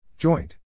Joint